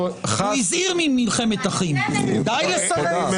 הוא הזהיר ממלחמת אחים, די לסלף.